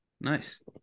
nice